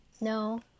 No